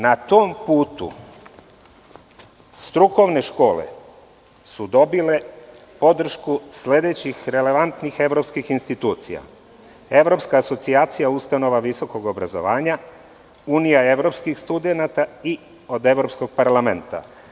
Na tom putu strukovne škole su dobile podršku sledećih relevantnih evropskih institucija, Evropska asocijacija ustanova visokog obrazovanja, Unija evropskih studenata i od Evropskog parlamenta.